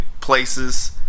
places